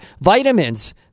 Vitamins